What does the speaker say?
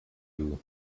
you